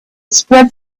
spread